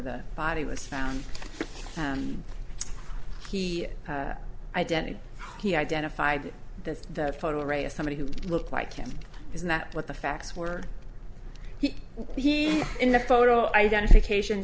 the body was found the identity he identified the photo array of somebody who looked like him is that what the facts were he he in the photo identification